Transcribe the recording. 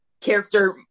character